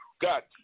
got